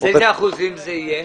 איזה אחוזים יהיו?